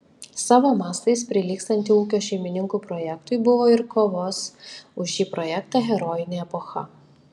savo mastais prilygstantį ūkio šeimininkų projektui buvo ir kovos už šį projektą herojinė epocha